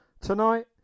Tonight